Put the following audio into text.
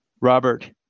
Robert